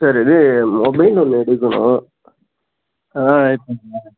sir இது mobile ஒன்று எடுக்கணும் ஆ